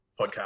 podcast